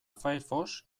firefox